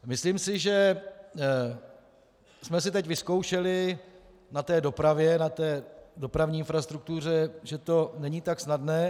Myslím si, že jsme si teď vyzkoušeli na té dopravě, na dopravní infrastruktuře, že to není tak snadné.